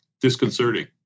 disconcerting